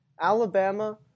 Alabama